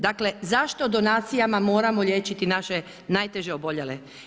Dakle zašto donacijama moramo liječiti naše najteže oboljele?